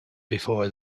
before